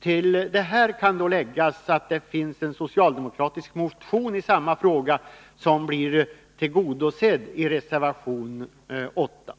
Till detta kan läggas att det finns en socialdemokratisk motion i samma fråga som blir tillgodosedd i reservation 8.